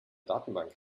datenbank